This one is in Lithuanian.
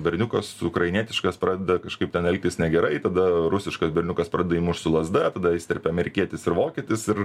berniukas ukrainietiškas pradeda kažkaip ten elgtis negerai tada rusiškas berniukas pradeda jį mušt su lazda tada įsiterpia amerikietis ir vokietis ir